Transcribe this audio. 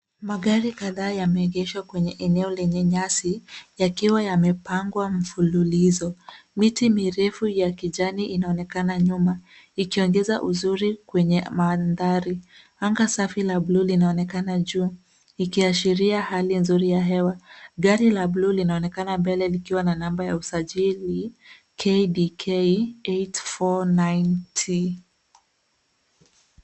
Magari kadhaa yameegeshwa kwenye eneo lenye nyasi yakiwa yamepangwa mfululizo. Miti mirefu ya kijani inaonekana nyuma ikiongeza uzuri kwenye mandhari. Anga safi la blue linaonekana juu ikiashiria hali nzuri ya hewa. Gari la blue linaonekana mbele likiwa na namba ya usajili KDK 849T.